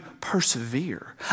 persevere